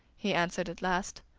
he answered at last,